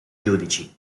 giudici